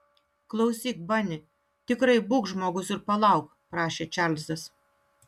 klausyk bani tikrai būk žmogus ir palauk prašė čarlzas